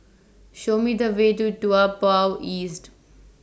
Show Me The Way to Toa Payoh East